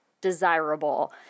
desirable